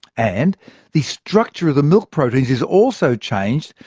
and the structure of the milk proteins is also changed,